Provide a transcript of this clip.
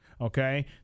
Okay